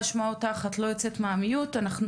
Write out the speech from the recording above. למעשה עד 2018 גבו מהמעסיקים שניים וחצי אחוזים עבור דמי מחלה.